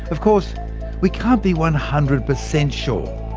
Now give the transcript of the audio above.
of course we can't be one hundred per-cent sure.